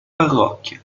parrocchia